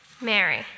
Mary